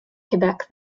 quebec